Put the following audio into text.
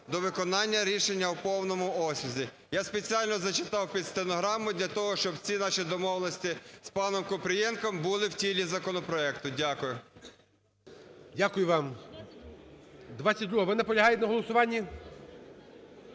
до виконання рішення в повному обсязі". Я спеціально зачитав під стенограму для того, щоб ці наші домовленості з паном Купрієнком були в тілі законопроекту. Дякую. ГОЛОВУЮЧИЙ. Дякую вам. 22-а, ви наполягаєте на голосуванні?